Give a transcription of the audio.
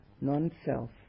non-self